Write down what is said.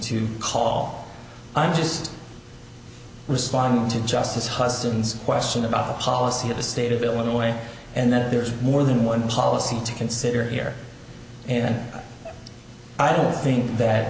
to call i'm just responding to justice huston's question about the policy of the state of illinois and that there's more than one policy to consider here and i don't think that